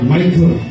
Michael